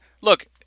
look